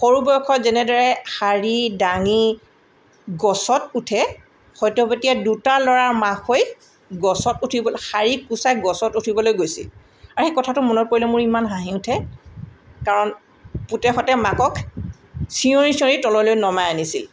সৰু বয়সত যেনেদৰে শাৰী দাঙি গছত উঠে সত্যৱতীয়ে দুটা ল'ৰাৰ মাক হৈ গছত উঠিবলৈ শাৰী কুঁচাই গছত উঠিবলৈ গৈছিল আৰু সেই কথাটো মনত পৰিলে মোৰ ইমান হাঁহি উঠে কাৰণ পুতেকহঁতে মাকক চিঞঁৰি চিঞঁৰি তললৈ নমাই আনিছিল